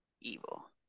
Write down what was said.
evil